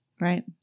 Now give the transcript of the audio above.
Right